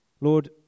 Lord